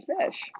fish